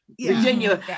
Virginia